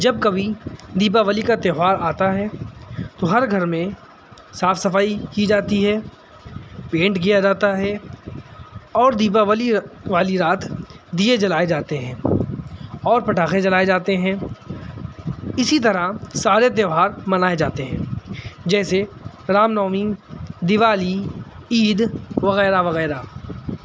جب کبھی دیپاولی کا تہوار آتا ہے تو ہر گھر میں صاف صفائی کی جاتی ہے پینٹ کیا جاتا ہے اور دیپاولی والی رات دیے جلائے جاتے ہیں اور پٹاخے جلائے جاتے ہیں اسی طرح سارے تہوار منائے جاتے ہیں جیسے رام نومی دیوالی عید وغیرہ وغیرہ